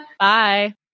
Bye